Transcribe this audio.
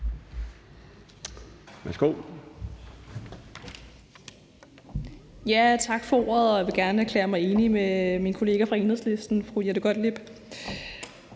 Tak for ordet. Jeg vil gerne erklære mig enig med min kollega fra Enhedslisten, fru Jette Gottlieb.